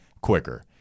quicker